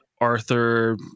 Arthur